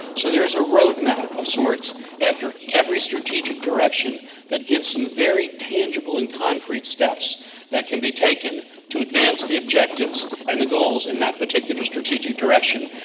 so there is a roadmap of sorts after every strategic direction that gives some very tangible and concrete steps that can be taken to advance the objectives and the goals in that particular strategic direction.